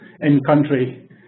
in-country